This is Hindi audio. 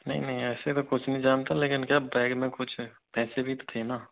नहीं नहीं ऐसे तो कुछ नहीं जानता लेकिन क्या बेग में कुछ पैसे भी तो थे न